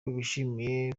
bishimiye